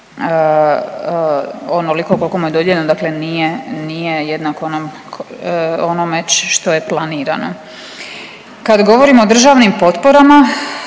onoliko koliko mu je dodijeljeno, dakle nije, nije jednako onome, onome što je planirano. Kad govorimo o državnim potporama,